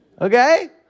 Okay